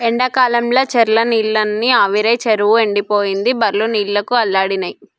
ఎండాకాలంల చెర్ల నీళ్లన్నీ ఆవిరై చెరువు ఎండిపోయింది బర్లు నీళ్లకు అల్లాడినై